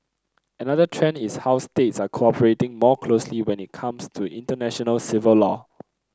another trend is how states are cooperating more closely when it comes to international civil law